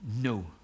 no